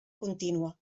contínua